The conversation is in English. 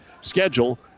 Schedule